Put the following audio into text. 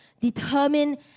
determined